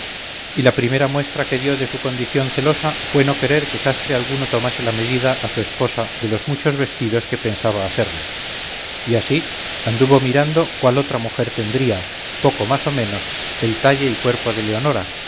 y la primera muestra que dio de su condición celosa fue no querer que sastre alguno tomase la medida a su esposa de los muchos vestidos que pensaba hacerle y así anduvo mirando cuál otra mujer tendría poco más a menos el talle y cuerpo de leonora